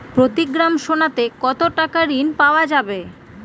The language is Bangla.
প্রতি গ্রাম সোনাতে কত টাকা ঋণ পাওয়া যাবে?